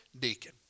deacon